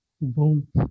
Boom